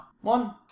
one